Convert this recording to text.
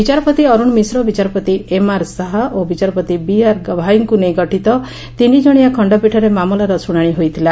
ବିଚାରପତି ଅରୁଣ ମିଶ୍ର ବିଚାରପତି ଏମ୍ଆର୍ ଶାହ ଓ ବିଚାରପତି ବିଆର୍ ଗଭାଇଙ୍କୁ ନେଇ ଗଠିତ ତିନିଜଶିଆ ଖଣ୍ତପୀଠରେ ମାମଲାର ଶୁଣାଣି ହୋଇଥିଲା